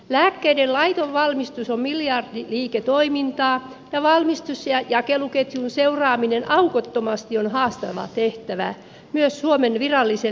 lääkkeiden laiton valmistus on miljardiliiketoimintaa ja valmistus ja jakeluketjun seuraaminen aukottomasti on haastava tehtävä myös suomen virallisen lääkejakelukanavan kohdalla